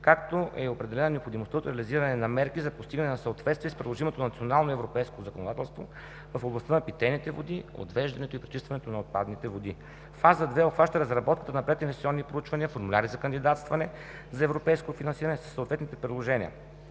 както и е определена необходимостта от реализиране на мерки за постигане на съответствие с приложимото национално и европейско законодателство в областта на питейните води, отвеждането и почистването на отпадъчните води. Фаза II обхваща разработката на прединвестиционни проучвания, формуляри за кандидатстване за европейско финансиране със съответните приложения: